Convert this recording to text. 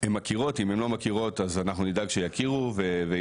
הן מכירות ואם הן לא מכירות אז אנחנו נדאג שיכירו וידעו,